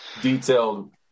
detailed